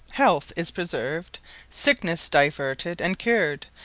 health is preserved, sicknesse diverted, and cured,